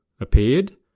appeared